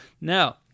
Now